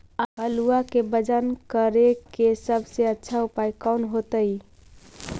आलुआ के वजन करेके सबसे अच्छा उपाय कौन होतई?